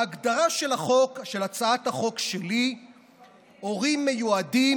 ההגדרה בהצעת החוק שלי ל"הורים מיועדים"